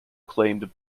claimed